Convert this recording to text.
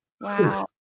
Wow